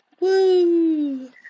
Woo